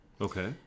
Okay